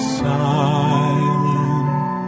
silent